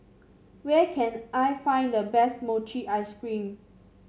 where can I find the best Mochi Ice Cream